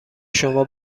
شما